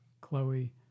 Chloe